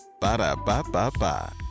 Ba-da-ba-ba-ba